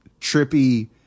trippy